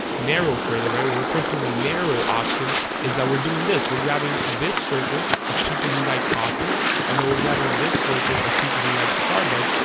narrow further right when we're pressing the narrow option is that we're doing this we're grabbing this circle of people who like coffee and then we're grabbing this circle of people who like starbucks,